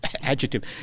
adjective